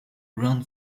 ran